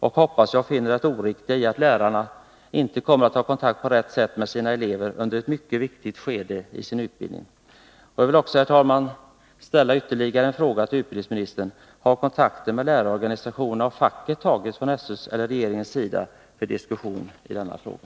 Jag hoppas att han då kommer att inse det oriktiga i att lärarna inte på rätt sätt kommer att ha kontakt med sina elever under ett mycket viktigt skede i sin utbildning. Jag vill också, herr talman, ställa ytterligare en fråga till utbildningsministern: Har kontakter med lärarorganisationer och fackrepresentanter tagits från SÖ:s eller regeringens sida för diskussion i denna fråga?